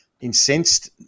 incensed